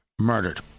murdered